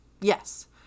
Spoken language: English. Yes